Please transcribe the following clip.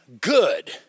good